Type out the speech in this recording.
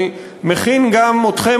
אני מכין גם אתכם,